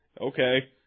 Okay